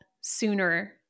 sooner